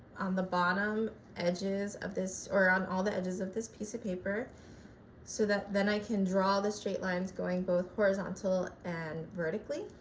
on the bottom edges of this or on all the edges of this piece of paper so that then i can draw the straight lines going both horizontal and vertically,